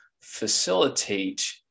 facilitate